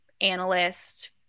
analyst